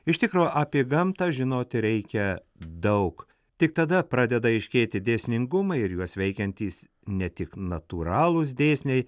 iš tikro apie gamtą žinoti reikia daug tik tada pradeda aiškėti dėsningumai ir juos veikiantys ne tik natūralūs dėsniai